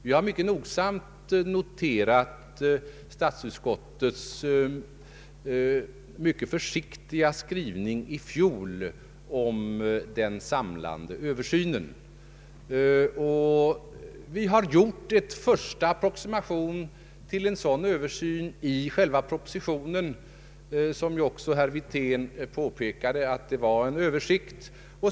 Vi har nogsamt noterat statsutskottets mycket försiktiga skrivning i fjol om den samlade översynen. Vi har gjort en första approximation till en sådan översyn i själva propositionen, och herr Wirtén påpekade också att det var en översikt.